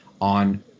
on